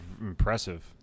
impressive